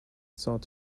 sought